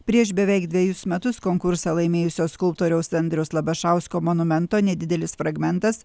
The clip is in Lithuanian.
prieš beveik dvejus metus konkursą laimėjusio skulptoriaus andriaus labašausko monumento nedidelis fragmentas